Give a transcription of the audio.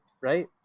right